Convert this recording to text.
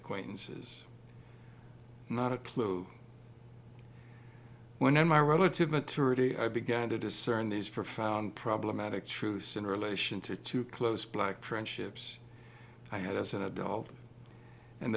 acquaintances not a clue when my relative maturity i began to discern these profound problematic truths in relation to to close black friendships i had as an adult and